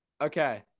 Okay